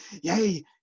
Yay